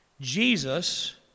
Jesus